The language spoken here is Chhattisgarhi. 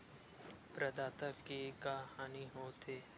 प्रदाता के का हानि हो थे?